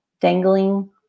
dangling